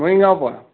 মৰিগাঁৱৰ পৰা